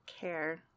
care